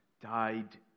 died